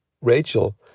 Rachel